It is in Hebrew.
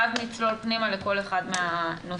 ואז נצלול פנימה לכל אחד מהנושאים.